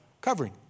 covering